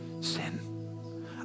sin